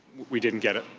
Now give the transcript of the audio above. we didn't get it.